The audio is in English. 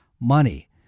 money